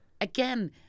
again